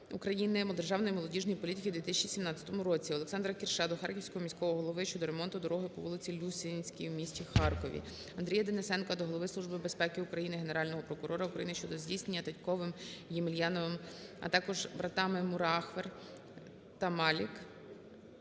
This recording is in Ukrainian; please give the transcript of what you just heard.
державної молодіжної політики у 2017 році. Олександра Кірша до Харківського міського голови щодо ремонту дороги по вулиці Люсинській в місті Харкові. Андрія Денисенка до Голови Служби безпеки України, Генерального прокурора України щодо здійснення Татьковим В.І., Ємельяновим А.С., а також братами Мурахвер Д.С. та Малік